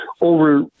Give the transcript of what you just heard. over